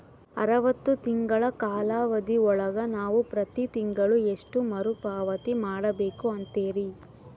ಅರವತ್ತು ತಿಂಗಳ ಕಾಲಾವಧಿ ಒಳಗ ನಾವು ಪ್ರತಿ ತಿಂಗಳು ಎಷ್ಟು ಮರುಪಾವತಿ ಮಾಡಬೇಕು ಅಂತೇರಿ?